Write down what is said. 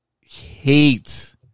hate